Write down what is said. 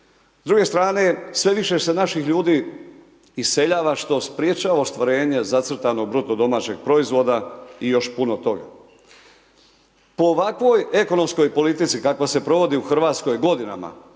S druge strane sve više se naših ljudi iseljava, što sprječava ostvarenje zacrtanog BDP-a i još puno toga. Po ovakvoj ekonomskoj politici kakva se provodi u Hrvatskoj godinama,